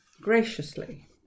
graciously